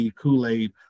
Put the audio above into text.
Kool-Aid